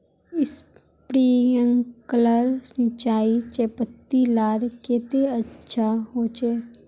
Sprinkler सिंचाई चयपत्ति लार केते अच्छा होचए?